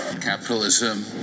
Capitalism